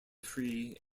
free